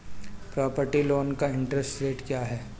Property loan का interest rate क्या है?